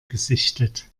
gesichtet